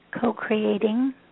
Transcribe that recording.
co-creating